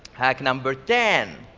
hack number ten.